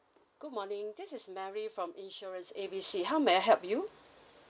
good morning this is mary from insurance A B C how may I help you